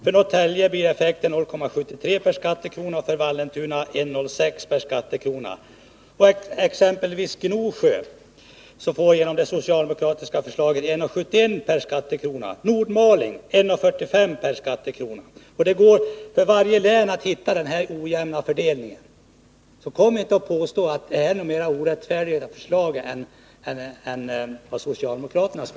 För Norrtälje blir effekten 0:73 per skattekrona och för Vallentuna 1:06 per skattekrona. För exempelvis Gnosjö innebär det socialdemokratiska förslaget 1:71 per skattekrona och för Nordmaling 1:45. För varje län går det att hitta exempel på den här ojämna fördelningen. Kom alltså inte och påstå att regeringsförslaget är mera orättfärdigt än socialdemokraternas!